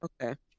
Okay